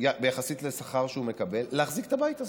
יחסית לשכר שהוא מקבל, להחזיק את הבית הזה.